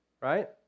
Right